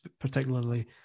particularly